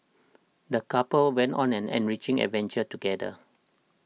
the couple went on an enriching adventure together